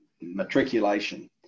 matriculation